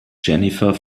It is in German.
jennifer